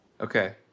Okay